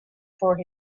for